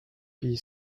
pie